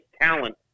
talent